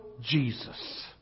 Jesus